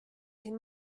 siin